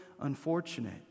unfortunate